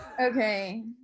Okay